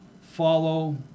follow